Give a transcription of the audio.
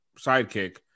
sidekick